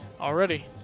already